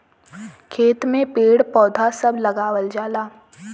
खेत में पेड़ पौधा सभ लगावल जाला